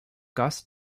gus